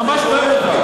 ממש כואב לך.